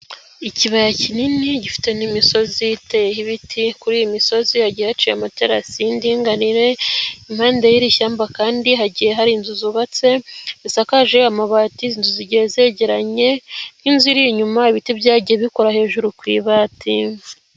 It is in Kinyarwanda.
Ikibaya kinini gifite n'imisozi iteyeho ibiti, kuri iyi misozi hagiye haciye amaterasi y'indinganire, impande y'iri shyamba kandi hagiye hari inzu zubatse zisakaje amabati, izi nzu zigiye zegeranye nk'inzu iri inyuma ibiti byagiye bikora hejuru ku ibati.